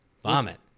Vomit